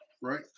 right